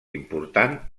important